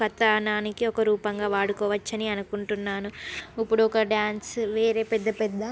కథనానికి ఒక రూపంగా వాడుకోవచ్చు అని అనుకుంటున్నాను ఇప్పుడు ఒక డాన్స్ వేరే పెద్ద పెద్ద